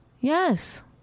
yes